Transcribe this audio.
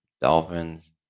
Dolphins